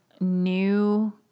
new